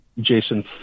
Jason